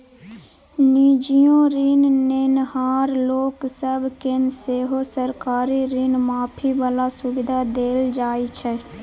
निजीयो ऋण नेनहार लोक सब केँ सेहो सरकारी ऋण माफी बला सुविधा देल जाइ छै